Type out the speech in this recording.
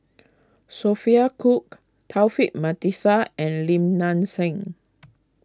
Sophia Cooke Taufik Batisah and Lim Nang Seng